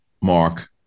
Mark